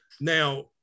Now